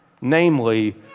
namely